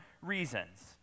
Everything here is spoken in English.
reasons